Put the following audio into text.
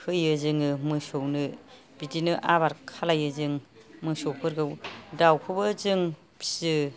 होयो जोङो मोसौनो बिदिनो आबार खालाययो जों मोसौफोरखौ दाव खौबो जों फियो